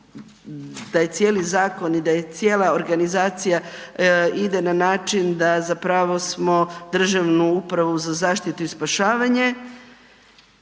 da je cijeli zakon i da je cijela organizacija ide na način da smo Državnu upravu za zaštitu i spašavanje